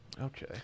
Okay